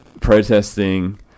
protesting